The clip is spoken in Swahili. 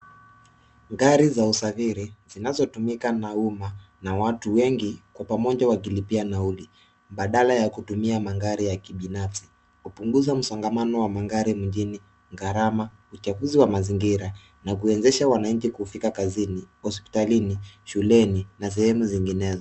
Gari za usafiri zinazotumika na umma, na watu wengi kwa pamoja wakilipia nauli, badala ya kutumia magari ya kibinafsi, kupunguza msongamano wa magari mjini , gharama, uchafuzi wa mazingira, na kuwezesha wanainchi kufika kazini, hospitalini, shuleni na sehemu zinginezo.